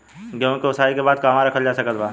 गेहूँ के ओसाई के बाद कहवा रखल जा सकत बा?